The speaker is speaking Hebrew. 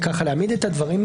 האמצעים השונים,